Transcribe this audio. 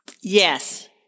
Yes